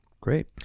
great